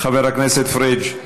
חבר הכנסת פריג'